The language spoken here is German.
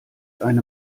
eine